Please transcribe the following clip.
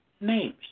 names